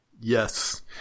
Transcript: yes